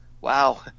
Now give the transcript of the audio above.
wow